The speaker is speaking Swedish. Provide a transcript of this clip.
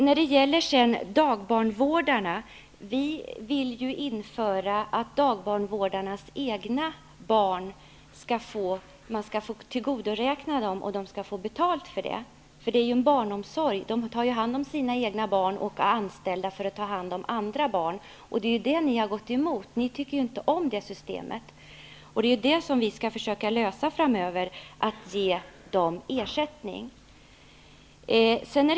Vi vill att dagbarnvårdarna skall få tillgodoräkna sig vården om sina egna barn och få betalt för det. De tar ju hand om sina egna barn och är anställda för att ta hand om andras barn. Det har Socialdemokraterna gått emot och de tycker inte om det systemet. Vi skall framöver försöka lösa frågan om ersättning till dagbarnvårdarna för vård av egna barn.